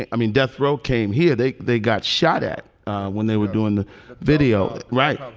i mean, death row came here, they they got shot at when they were doing the video. right.